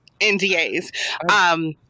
NDAs